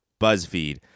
BuzzFeed